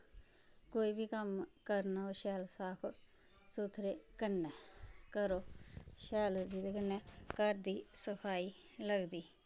कोई बी कम्म करना होऐ शैल साफ सुथरे कन्नै करो शैल जेह्दे कन्नै घर दी सफाई लगदी